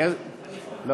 גם עליזה.